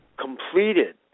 completed